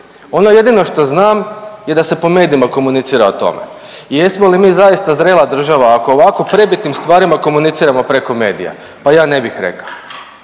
Ono jedino što znam je da se po medijima komunicira o tome. I jesmo mi zaista zrela država, ako o ovako prebitnim stvarima komuniciramo preko medija? Pa ja ne bih rekao.